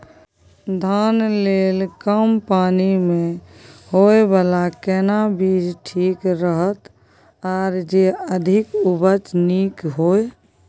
धान लेल कम पानी मे होयबला केना बीज ठीक रहत आर जे अधिक उपज नीक होय?